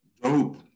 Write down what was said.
Dope